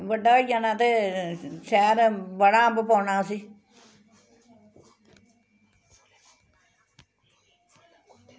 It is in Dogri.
बड्डा होई जाना ते शैल बड़ा अम्ब पौना उस्सी